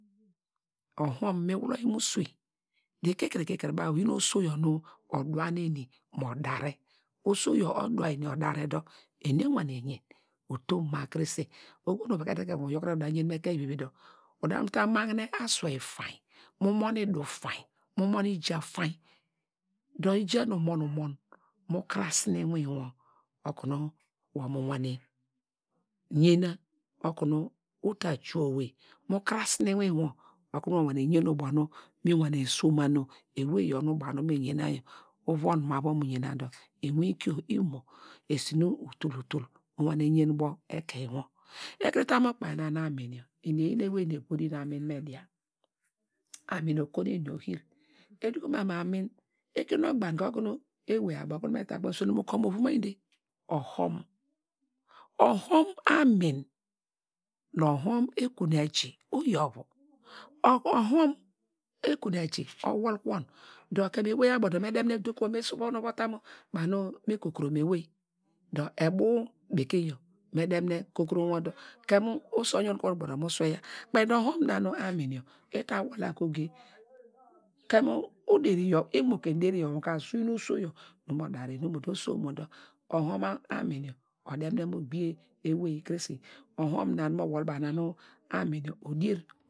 Òhom mi wol ta mu usweny, dor ikikire baw oyi nu oso odua nu eni mo dar`e, oso yor odua eni odare dor eni yor ewane yeny, utom ma krese, oho nu uvekete ekeiny wor uta te mu ekeiny vivi dor udamn ta magne awei fainy, udu fainy mu mon ija fainy, dor ija nu umon umon mu krasine okunu wor mu wane yena okunu uta juw owey, mu krasine iwinwor okunu mu wane yena ubo nu mi wane soma nu ewey yor nu baw nu wor me yena yor, uvan ma uvun mu yens dor iwinkio imo, esi nu tul, mu wane yen, ubo ekeiny wor. Ekuru tam ukpainy na nu amin yor, eni eyin ewey nu egbedin anun me diaya, amin okonu eni ohir, edukoman mu ekire nu ogbagne okume ewey abo okunu me ta swene mu ukor ovumaide, ohom, amin nu ohom ekun eji oyi ovi, ohom ekun eji owol ku won dor, kem ewey abo dor me su dogi mo me va tam mu baw nu me kokrom ewey, dor ebu bekeiny yor me demine kokrom wor der, kemu oso oyun kuwon ubuwo der mu sweiya kpeiny dor ohum nor na nu anum yor, ita wol la goge kemu uderi yaw, imo ke deri yowa ka, osu yi nu oso yor nu mo dare owey, omo tubo, oso omo dor, ohom anun yor odemine mo gbeye ewey krese ohom na nu anun yor odier.